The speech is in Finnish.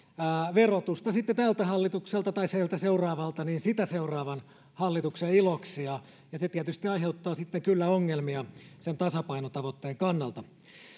verotusta sitten tältä hallitukselta tai siltä seuraavalta sitä seuraavan hallituksen iloksi ja ja se tietysti aiheuttaa sitten kyllä ongelmia sen tasapainotavoitteen kannalta